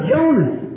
Jonas